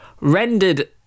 rendered